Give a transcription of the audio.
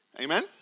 Amen